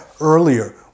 earlier